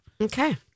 Okay